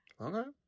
Okay